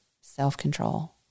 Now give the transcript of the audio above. self-control